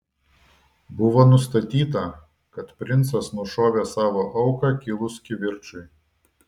buvo nustatyta kad princas nušovė savo auką kilus kivirčui